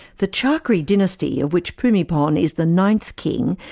the chakri dynasty, of which bhumibol and is the ninth king,